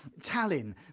Tallinn